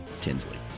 Tinsley